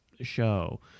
show